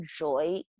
enjoy